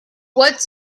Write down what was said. what